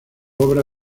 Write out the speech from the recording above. obra